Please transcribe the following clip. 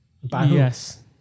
Yes